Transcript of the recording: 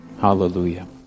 Hallelujah